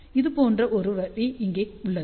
இது போன்ற ஒரு வரி இங்கே உள்ளது